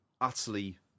utterly